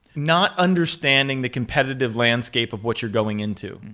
not understanding the competitive landscape of what you're going into.